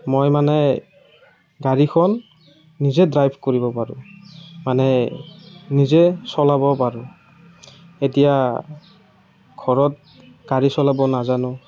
মই মানে গাড়ীখন নিজে ড্ৰাইভ কৰিব পাৰোঁ মানে নিজে চলাব পাৰোঁ এতিয়া ঘৰত গাড়ী চলাব নাজানো